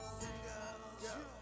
single